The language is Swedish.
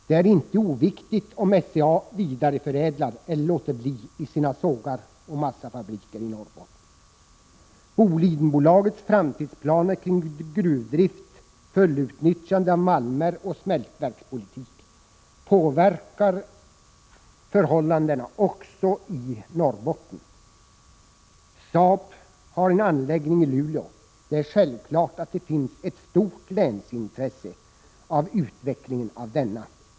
Det är inte oviktigt om SCA vidareförädlar eller inte i sina sågar och massafabriker i Norrbotten. Bolidenbolagets framtidsplaner kring gruvdrift, fullutnyttjande av malmer och smältverkspolitik påverkar förhållandena också i Norrbotten. Saab har en anläggning i Luleå. Det är självklart att det finns ett stort länsintresse när det gäller utvecklingen av denna.